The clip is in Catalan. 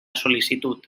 sol·licitud